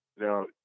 now